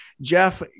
Jeff